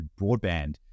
broadband